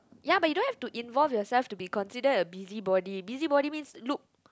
ya but you don't have to involve yourself to be consider a busybody busybody means look